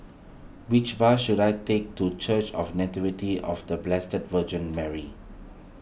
which bus should I take to Church of Nativity of the Blessed Virgin Mary